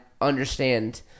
understand